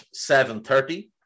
7.30